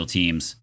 teams